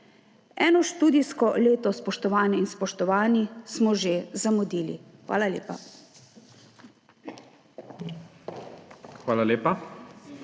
Eno študijsko leto, spoštovane in spoštovani, smo že zamudili. Hvala lepa.